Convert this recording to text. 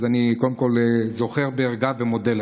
אז אני קודם כול זוכר בערגה, ומודה לך.